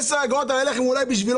אולי בשבילו 10 אגורות על הלחם זה כלום,